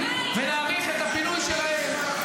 ולהאריך את המימון לפינוי שלהם.